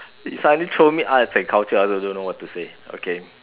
you suddenly throw me arts and culture I also don't know what to say okay